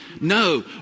No